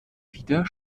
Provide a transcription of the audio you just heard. wieder